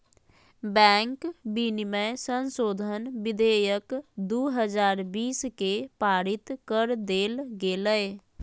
bank विनियमन संशोधन विधेयक दू हजार बीस के पारित कर देल गेलय